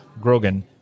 Grogan